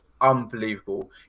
unbelievable